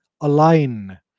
align